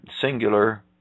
singular